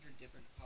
different